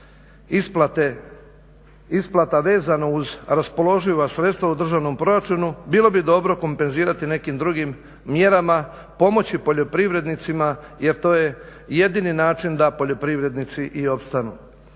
isplata vezano uz raspoloživa sredstva u državnom proračunu bilo bi dobro kompenzirati nekim drugim mjerama, pomoći poljoprivrednicima jer to je jedini način da poljoprivrednici i opstanu.